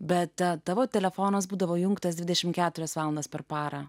bet tavo telefonas būdavo įjungtas dvidešimt keturias valandas per parą